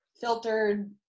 filtered